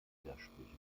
widersprüche